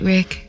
Rick